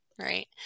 right